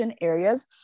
areas